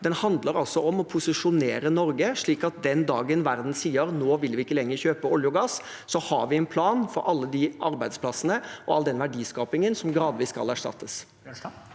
den handler om å posisjonere Norge, slik at den dagen verden sier at nå vil vi ikke lenger kjøpe olje og gass, har vi en plan for alle de arbeidsplassene og all den verdiskapingen som gradvis skal erstattes.